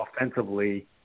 offensively